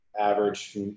Average